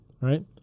right